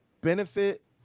benefit